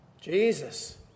Jesus